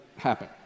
happen